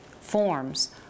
forms